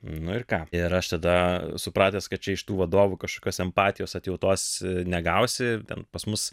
nu ir ką ir aš tada supratęs kad čia iš tų vadovų kažkokios empatijos atjautos negausi ten pas mus